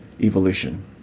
evolution